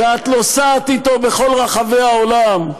שאת נוסעת אתו בכל רחבי העולם,